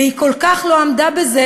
והיא כל כך לא עמדה בזה,